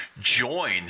join